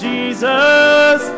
Jesus